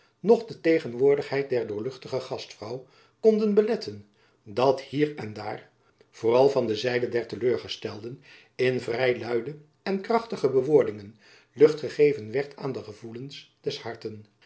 noch de tegenwoordigheid der doorluchtige gastvrouw konden beletten dat hier en daar vooral van de zijde der te leur gestelden in vrij luide en krachtige bewoordingen lucht gegeven werd aan het gevoel des harten